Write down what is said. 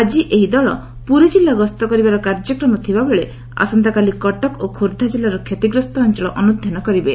ଆଜି ଏହି ଦଳ ପୁରୀ ଜିଲ୍ଲ ଗସ୍ଠ କରିବାର କାର୍ଯ୍ୟକ୍ରମ ଥିବା ବେଳେ ଆସନ୍ତାକାଲି କଟକ ଓ ଖୋର୍ବ୍ରା କିଲ୍ଲାର କ୍ଷତିଗ୍ରସ୍ଠ ଅଞଳ ଅନୁଧ୍ୟାନ କରିବେ